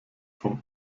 vom